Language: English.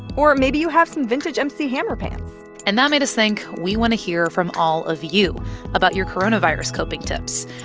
or maybe you have some vintage mc hammer pants and that made us think we want to hear from all of you about your coronavirus coping tips.